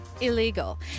illegal